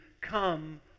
come